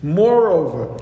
moreover